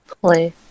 Play